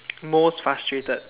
most frustrated